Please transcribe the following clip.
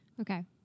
Okay